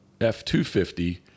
F250